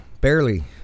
Barely